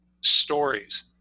stories